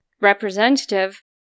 representative